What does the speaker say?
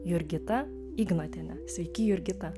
jurgitą ignotienę sveiki jurgita